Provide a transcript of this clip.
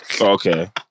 Okay